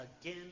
again